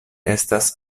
estas